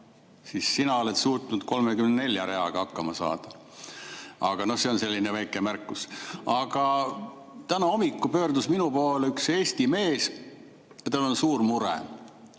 siis sina oled suutnud 34 reaga hakkama saada. See on selline väike märkus. Aga täna hommikul pöördus minu poole üks Eesti mees. Tal on suur mure.